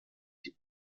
die